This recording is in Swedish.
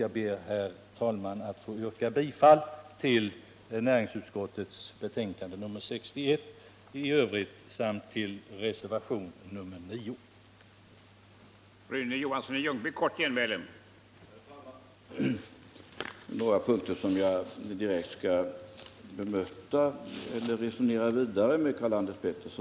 Jag ber, herr talman, att få yrka bifall till reservation 9 och i övrigt till näringsutskottets hemställan i dess betänkande nr 61.